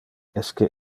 esque